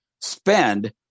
spend